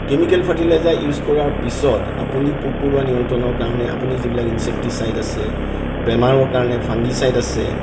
chemical fertiliser use কৰাৰ পিছত আপুনি পোক পৰুৱা নিয়ন্ত্ৰণৰ কাৰণে আপুনি যিবিলাক ইনছেক্টটিছাইড আছে বেমাৰৰ কাৰণে ফাংগিছাইট আছে